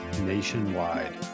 nationwide